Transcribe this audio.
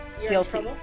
guilty